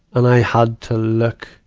and i had to look